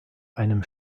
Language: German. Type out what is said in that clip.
einem